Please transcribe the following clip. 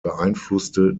beeinflusste